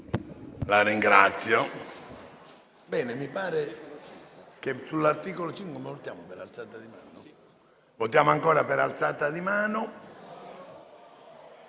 La ringrazio,